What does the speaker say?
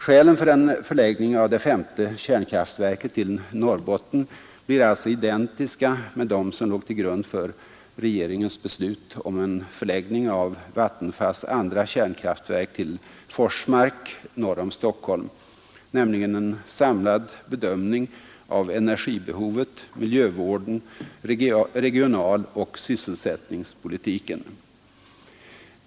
Skälen för en förläggning av det femte kärnkraftverket till Norrbotten blir alltså identiska med dem som låg till grund för regeringens beslut om en förläggning av Vattenfalls andra kärnkraftverk till Forsmark norr om Stockholm, nämligen en samlad bedömning av energibehovet, miljövården, regionaloch sysselsättningspolitiken.